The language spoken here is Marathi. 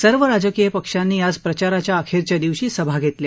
सर्व राजकीय पक्षांनी आज प्रचाराच्या अखेरच्या दिवशी सभा घेतल्या